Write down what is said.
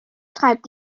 treibt